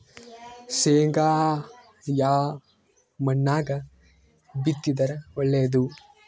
ಶೇಂಗಾ ಯಾ ಮಣ್ಣಾಗ ಬಿತ್ತಿದರ ಒಳ್ಳೇದು?